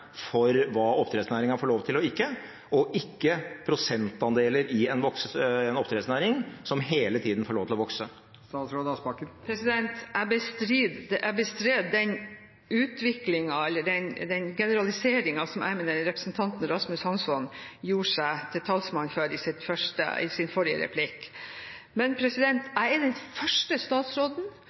for hva oppdrettsnæringen får lov til og ikke, og ikke prosentandeler i en oppdrettsnæring som hele tida får lov til å vokse? Jeg bestred den generaliseringen som jeg mener representanten Rasmus Hansson gjorde seg til talsmann for i sin forrige replikk. Jeg er den første statsråden